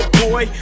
boy